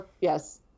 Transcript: yes